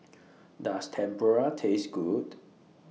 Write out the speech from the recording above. Does Tempura Taste Good